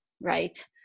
right